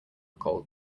cold